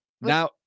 Now